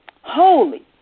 Holy